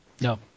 No